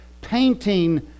painting